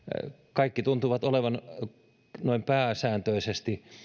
kaikki tuntuvat olevan noin pääsääntöisesti